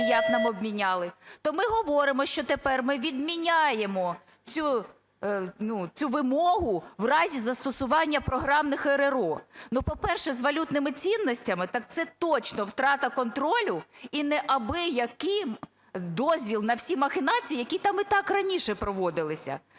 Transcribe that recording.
як нам обміняли, то ми говоримо, що тепер ми відміняємо цю, ну, вимогу в разі застосування програмних РРО. Ну, по-перше, з валютними цінностями, так це точно втрата контролю і неабиякий дозвіл на всі махінації, які там і так раніше проводилися.